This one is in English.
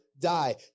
Die